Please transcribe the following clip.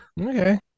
Okay